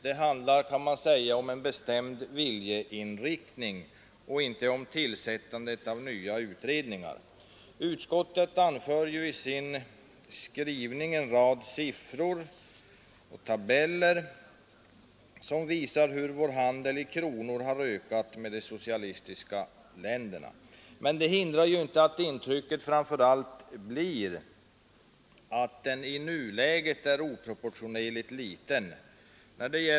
Det handlar, kan man säga, om en bestämd viljeinriktning och inte om tillsättandet av nya utredningar. Utskottet anför i sin skrivning en rad siffror och tabeller, som visar hur vår handel i kronor har ökat med de socialistiska länderna i Europa. Men det hindrar inte att intrycket framför allt blir att denna handel också i nuläget är oproportionerligt liten.